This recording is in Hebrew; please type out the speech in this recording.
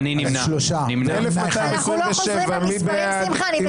1,230 מי בעד?